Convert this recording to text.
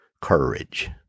courage